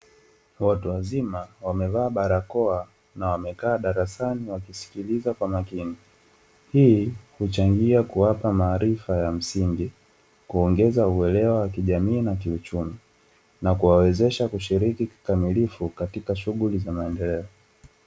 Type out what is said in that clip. Watu wazima wamevaa barakoa na wamekaa darasani wakisikiliza kwa makini, hili huchangia kuwapa maarifa ya msingi, kuongeza uelewa wa kijamii na kiuchumi na kuwawezesha kushiriki kikamilifu katika shughuli za maendeleo.